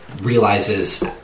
realizes